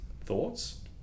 thoughts